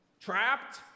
Trapped